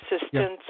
assistance